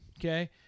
okay